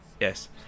yes